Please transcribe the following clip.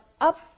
up